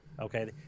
okay